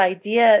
idea